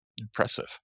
Impressive